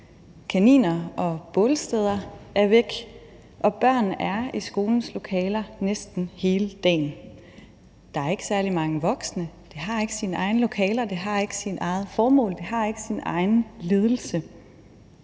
Kaniner og bålsteder er væk, og børnene er i skolens lokaler næsten hele dagen. Der er ikke særlig mange voksne, skolefritidsordningen har ikke sine egne lokaler, ikke sit eget formål, ikke sin egen ledelse,